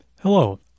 Hello